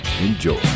enjoy